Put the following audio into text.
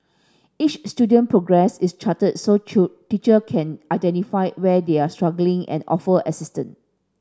each student progress is charted so teacher can identify where they are struggling and offer assistance